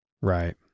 Right